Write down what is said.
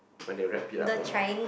when they wrap it up oh my